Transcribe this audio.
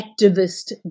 activist